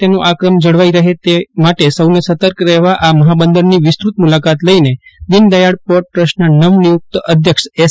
તેનો આ ક્રમ જળવાઈ રહે તે માટે સૌને સતર્ક રહેવા આ મહાબંદરની વિસ્તૃત મુલાકાત લઈને દીનદયાળ પોર્ટ ટ્રસ્ટના નવનિયુક્ત અધ્યક્ષ એસ